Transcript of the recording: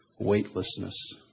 weightlessness